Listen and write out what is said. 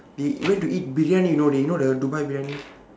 they went to eat briyani you know they you know the dubai briyani